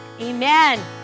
Amen